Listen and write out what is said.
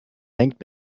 hängt